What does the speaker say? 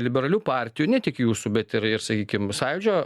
liberalių partijų ne tik jūsų bet ir ir sakykim sąjūdžio